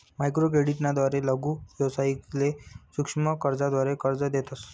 microcredit ना द्वारे लघु व्यावसायिकसले सूक्ष्म कर्जाद्वारे कर्ज देतस